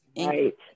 right